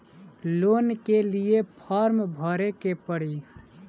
Loan के लिए form भरे के पड़ी?